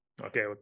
Okay